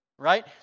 Right